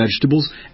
vegetables